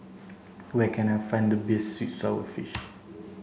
where can I find the best sweet sour fish